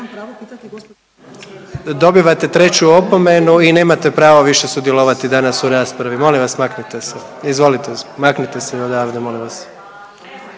Dobivate treću opomenu i nemate pravo više sudjelovati danas u raspravi. Molim vas maknite se. Izvolite, maknite se odavde molim vas.